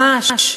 ממש.